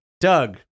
Doug